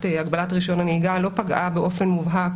הגבלת רישיון הנהיגה לא פגעה באופן מובהק